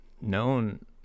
Known